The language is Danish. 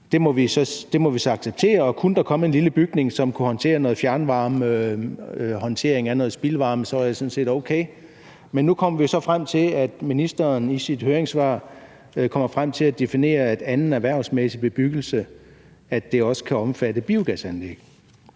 det må vi så acceptere, og kunne der komme en lille bygning, som kunne håndtere noget spildvarme, så er det sådan set okay. Men nu kommer ministeren så i sit høringssvar frem til at definere anden erhvervsmæssig bebyggelse sådan, at det også kan omfatte biogasanlæg,